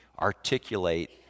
articulate